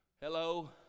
Hello